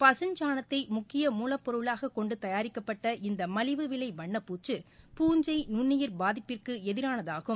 பசுஞ்சாணத்தை முக்கிய மூலப் பொருளாகக் கொண்டு தயாரிக்கப்பட்ட இந்த மலிவு விலை வண்ணப் பூச்சு பூஞ்சை நுண்ணுயிர் பாதிப்பிற்கு எதிரானதாகும்